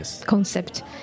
Concept